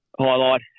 Highlight